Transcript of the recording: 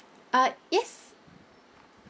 uh yes